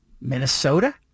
Minnesota